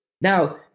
Now